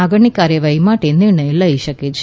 આગળની કાર્યવાહી માટે નિર્ણય લઈ શકે છે